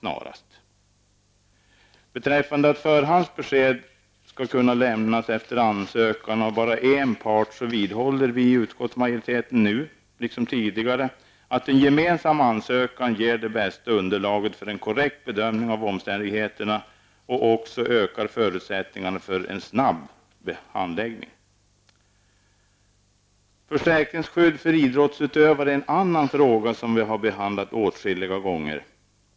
Vad gäller frågan om att förhandsbesked skall kunna lämnas efter ansökan från bara en part vidhåller utskottsmajoriteten nu liksom tidigare att en gemensam ansökan ger det bästa underlaget för en korrekt bedömning av omständigheterna och ökar förutsättningarna för en snabb handläggning. Försäkringsskydd för idrottsutövare är en annan fråga som vi här i kammaren har behandlat åtskilliga gånger.